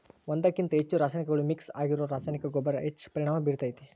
ಒಂದ್ಕಕಿಂತ ಹೆಚ್ಚು ರಾಸಾಯನಿಕಗಳು ಮಿಕ್ಸ್ ಆಗಿರೋ ರಾಸಾಯನಿಕ ಗೊಬ್ಬರ ಹೆಚ್ಚ್ ಪರಿಣಾಮ ಬೇರ್ತೇತಿ